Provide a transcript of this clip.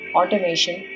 automation